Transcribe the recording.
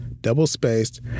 double-spaced